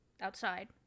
outside